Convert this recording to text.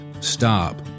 stop